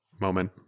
moment